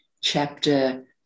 chapter